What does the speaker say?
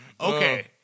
Okay